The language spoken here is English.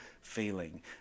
feeling